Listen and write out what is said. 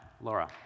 Laura